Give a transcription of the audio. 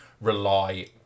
rely